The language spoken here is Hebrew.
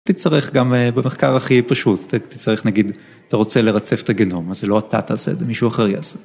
תצטרך גם במחקר הכי פשוט, תצטרך נגיד, אתה רוצה לרצף את הגנום, אז זה לא אתה תעשה, זה מישהו אחר יעשה.